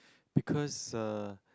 because uh